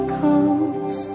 comes